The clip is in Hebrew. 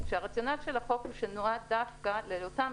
הרציונל של החוק שהוא נועד דווקא לאותם